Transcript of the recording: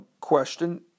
question